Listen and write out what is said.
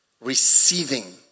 receiving